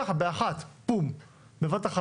בבת אחת,